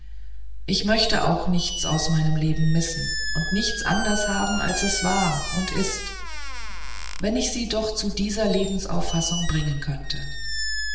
ich möchte auch nichts aus meinem leben missen und nichts anders haben als es war und ist wenn ich sie doch zu dieser lebensauffassung bringen könnte